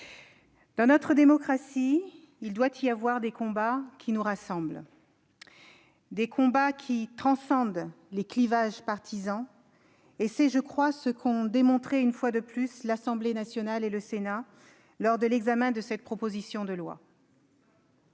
dans notre démocratie, il doit y avoir des combats qui nous rassemblent, des combats qui transcendent les clivages partisans. C'est ce qu'ont démontré une fois de plus l'Assemblée nationale et le Sénat lors de l'examen de cette proposition de loi.